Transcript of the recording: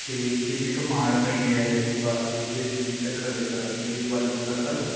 ਅਤੇ ਕਿੰਨੇ ਕੁ ਮਾਰ ਪਈ ਹੈ ਇਸ ਵਾਰ ਇਸ ਝੱਖੜ ਦੇ ਕਾਰਨ ਕਿ ਉਸ ਬਾਰੇ ਕੋਈ ਦੱਸ ਸਕਦਾ